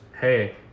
hey